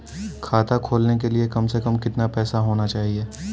खाता खोलने के लिए कम से कम कितना पैसा होना चाहिए?